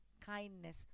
kindness